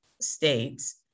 states